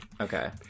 Okay